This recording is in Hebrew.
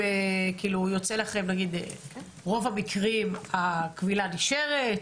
ברוב המקרים הכבילה נשארת?